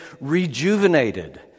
rejuvenated